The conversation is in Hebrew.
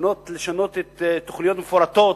לשנות תוכניות מפורטות.